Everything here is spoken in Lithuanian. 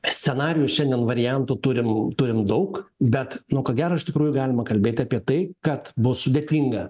scenarijų šiandien variantų turim turim daug bet nu ko gero iš tikrųjų galima kalbėti apie tai kad bus sudėtinga